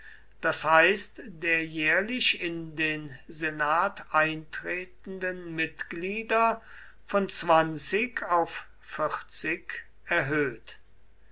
das heißt der jährlich in den senat eintretenden mitglieder von zwanzig auf vierzig erhöht